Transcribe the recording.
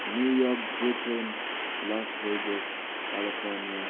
New York Brooklyn Las Vegas California